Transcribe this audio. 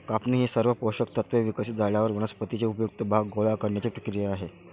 कापणी ही सर्व पोषक तत्त्वे विकसित झाल्यावर वनस्पतीचे उपयुक्त भाग गोळा करण्याची क्रिया आहे